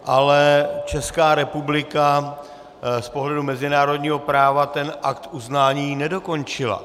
Ale Česká republika z pohledu mezinárodního práva ten akt uznání nedokončila.